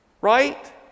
right